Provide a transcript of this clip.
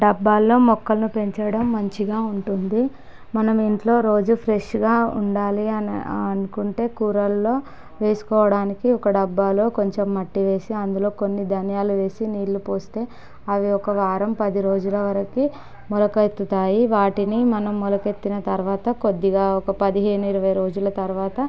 డబ్బాల్లో మొక్కలని పెంచడం మంచిగా ఉంటుంది మనం ఇంట్లో రోజు ఫ్రెష్గా ఉండాలి అని అనుకుంటే కూరల్లో వేసుకోవడానికి ఒక డబ్బాలో కొంచెం మట్టి వేసి అందులో కొన్ని ధనియాలు వేసి నీళ్ళు పోస్తే అది ఒక వారం పది రోజుల వరకు మొలకెత్తుతాయి వాటిని మనం మొలకెత్తిన తరువాత కొద్దిగా ఒక పదిహేను ఇరవై రోజుల తరువాత